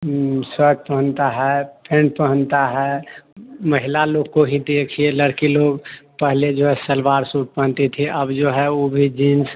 shirt पहनता है pant पहनता है महिला लोग को ही देखिए लड़की लोग पहले जो है सलवार सूट पहनती थी अब जो है वह भी जींस